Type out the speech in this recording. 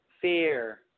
fear